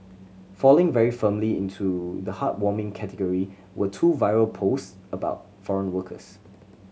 falling very firmly into the heartwarming category were two viral post about foreign workers